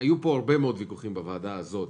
היו פה הרבה מאוד ויכוחים, בוועדה הזאת,